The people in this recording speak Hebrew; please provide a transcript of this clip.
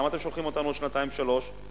למה אתם שולחים אותנו, עוד שנתיים או שלוש שנים?